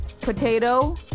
Potato